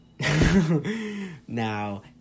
now